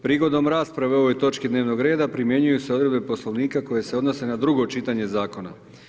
Prigodom rasprave o ovoj točki dnevnog reda, primjenjuju se odredbe poslovnika koje se odnose na drugo čitanje zakona.